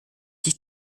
sich